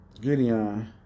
Gideon